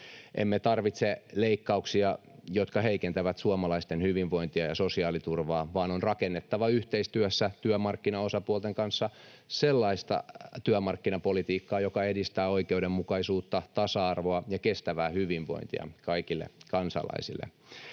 Emme tarvitse leikkauksia, jotka heikentävät suomalaisten hyvinvointia ja sosiaaliturvaa, vaan on rakennettava yhteistyössä työmarkkinaosapuolten kanssa sellaista työmarkkinapolitiikkaa, joka edistää oikeudenmukaisuutta, tasa-arvoa ja kestävää hyvinvointia kaikille kansalaisille.